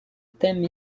thème